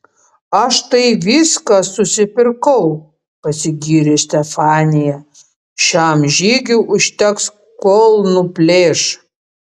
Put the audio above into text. aš tai viską susipirkau pasigyrė stefanija šiam žygiui užteks kol nuplėš